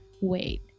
wait